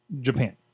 japan